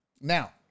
Now